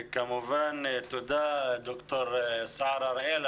כמובן תודה ד"ר סער הראל.